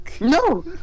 No